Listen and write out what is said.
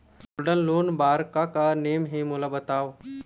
Gold loan बार का का नेम हे, मोला बताव?